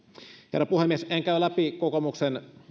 herra puhemies en käy läpi kokoomuksen